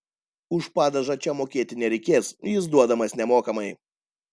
už padažą čia mokėti nereikės jis duodamas nemokamai